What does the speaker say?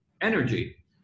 energy